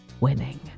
Winning